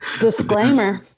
disclaimer